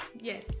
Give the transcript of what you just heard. yes